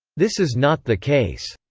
this is not the case.